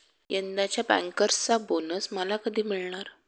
यंदाच्या बँकर्सचा बोनस मला कधी मिळणार?